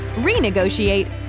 renegotiate